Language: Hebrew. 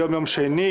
היום יום שני,